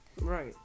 Right